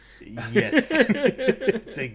Yes